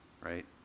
right